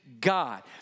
God